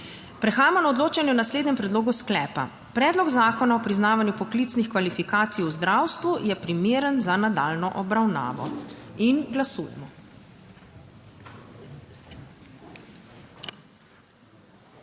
Prehajamo na odločanje o naslednjem predlogu sklepa: "Predlog zakona o priznavanju poklicnih kvalifikacij v zdravstvu je primeren za nadaljnjo obravnavo." Glasujemo.